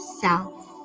self